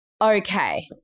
okay